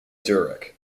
dirac